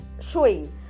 showing